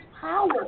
power